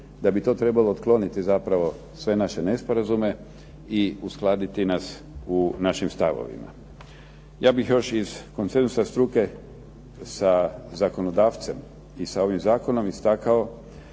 da bi to trebalo otkloniti zapravo sve naše nesporazume i uskladiti nas u svim našim stavovima. Ja bih još iz koncenzusa struke sa zakonodavcem i sa ovim zakonom istakao